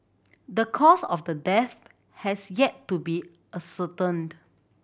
the cause of the death has yet to be ascertained